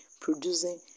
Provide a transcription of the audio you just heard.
producing